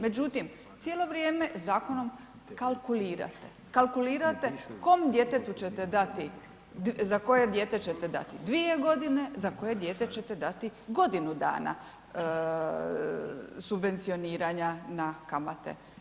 Međutim, cijelo vrijeme zakonom kalkulirate, kalkulirate kom djetetu ćete dati za koje dijete ćete dati 2 g., za koje dijete ćete godinu dana subvencioniranja na kamate.